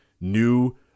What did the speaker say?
new